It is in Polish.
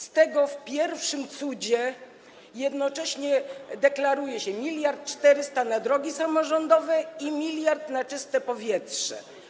Z tego w pierwszym cudzie jednocześnie deklaruje się miliard czterysta na drogi samorządowe i miliard na „Czyste powietrze”